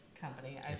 company